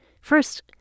First